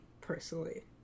personally